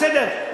בסדר,